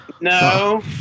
No